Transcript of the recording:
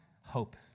hope